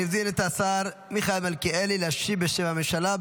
אני מזמין את השר מיכאל מלכיאלי להשיב בשם הממשלה.